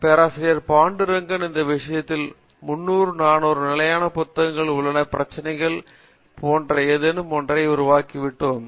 பேராசிரியர் பாண்டுரங்கன் இந்த விஷயங்களை எல்லாம் 300 400 நிலையான புத்தகத்தில் உள்ள பிரச்சனைகள் அதைப் போன்ற ஏதேனும் ஒன்றை உருவாக்கிவிட்டோம்